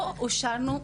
לא אושרנו.